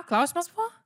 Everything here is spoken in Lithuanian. klausimas buvo